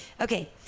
okay